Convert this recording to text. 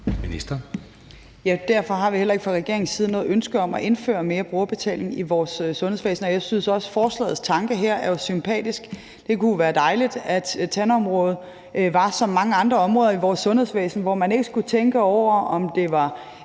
Ja, derfor har vi heller ikke fra regeringens side noget ønske om at indføre mere brugerbetaling i vores sundhedsvæsen. Jeg synes også, at forslagets tanke her er sympatisk. Det kunne jo være dejligt, at tandområdet var som mange andre områder i vores sundhedsvæsen, hvor man ikke skulle tænke over, om det var